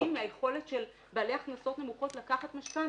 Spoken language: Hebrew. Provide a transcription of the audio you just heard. מהיכולת של בעלי הכנסות נמוכות לקחת משכנתא.